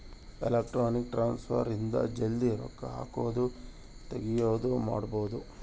electronic transfer ಇಂದ ಜಲ್ದೀ ರೊಕ್ಕ ಹಾಕೋದು ತೆಗಿಯೋದು ಮಾಡ್ಬೋದು